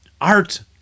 art